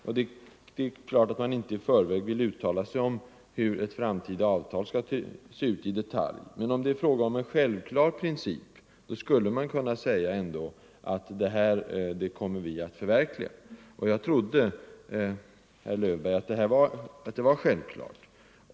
Det är klart att man inte i förväg i detalj vill uttala sig om hur ett framtida avtal skall se ut. Men om det är fråga om en självklar princip, skulle man ändå kunna säga att man kommer att förverkliga den. Och jag trodde, herr Löfberg, att detta var en självklar princip.